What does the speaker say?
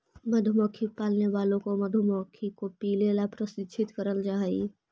मधुमक्खी पालने वालों को मधुमक्खी को पीले ला प्रशिक्षित करल जा हई